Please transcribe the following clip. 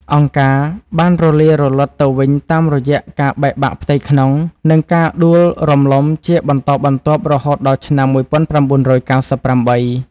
«អង្គការ» បានរលាយរលត់ទៅវិញតាមរយៈការបែកបាក់ផ្ទៃក្នុង និងការដួលរំលំជាបន្តបន្ទាប់រហូតដល់ឆ្នាំ១៩៩៨។